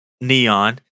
neon